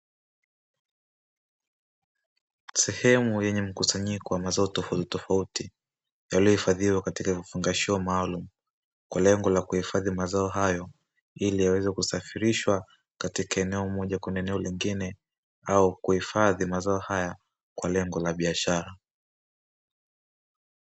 Sehemu yenye mkusanyiko wa mazao tofautitofauti, yaliyohifadhiwa katika vifungashio maalumu kwa lengo la kuhifadhi mazao hayo, ili yaweze kusafirishwa katika eneo moja kwenda eneo lingine au kuhifadhi mazao haya kwa lengo la biashara.